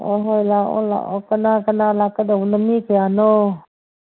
ꯍꯣꯏ ꯍꯣꯏ ꯂꯥꯛꯑꯣ ꯂꯥꯛꯑꯣ ꯀꯅꯥ ꯀꯅꯥ ꯂꯥꯛꯀꯗꯧꯕꯅꯣ ꯃꯤ ꯀꯌꯥꯅꯣ